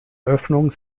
eröffnung